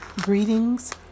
Greetings